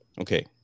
okay